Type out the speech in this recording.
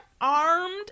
armed